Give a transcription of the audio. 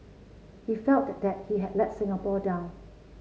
he felt that he had let Singapore down